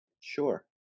Sure